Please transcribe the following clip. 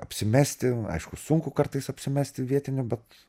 apsimesti aišku sunku kartais apsimesti vietiniu bet